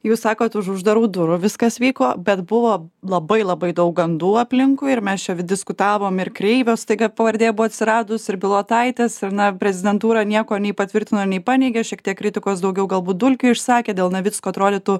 jūs sakot už uždarų durų viskas vyko bet buvo labai labai daug gandų aplinkui ir mes čia diskutavom ir kreivio staiga pavardė buvo atsiradusi ir bilotaitės ir na prezidentūra nieko nei patvirtino nei paneigė šiek tiek kritikos daugiau galbūt dulkiui išsakė dėl navicko atrodytų